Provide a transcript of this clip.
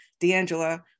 D'Angela